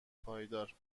پایدار